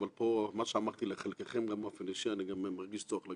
אני רוצה לאחל לבית הזה ולציבור הישראלי שתשובו לכאן